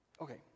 Okay